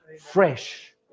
Fresh